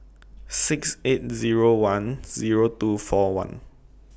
six eight Zero one Zero two four one